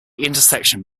intersection